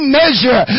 measure